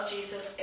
Jesus